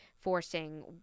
forcing